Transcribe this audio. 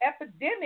epidemic